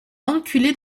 enculé